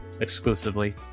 exclusively